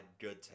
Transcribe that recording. good